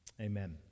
Amen